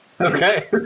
Okay